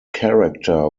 character